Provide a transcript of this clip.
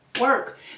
work